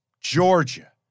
Georgia